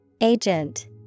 Agent